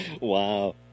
Wow